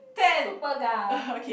Superga